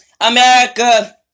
America